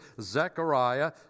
Zechariah